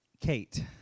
Kate